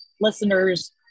listeners